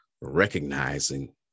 recognizing